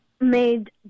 made